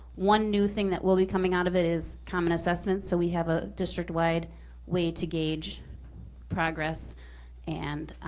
one new thing that will be coming out of it is common assessment, so we have a district-wide way to gauge progress and